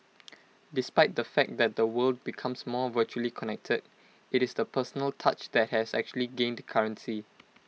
despite the fact that the world becomes more virtually connected IT is the personal touch that has actually gained currency